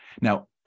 Now